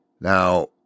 Now